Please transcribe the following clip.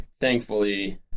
thankfully